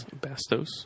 Bastos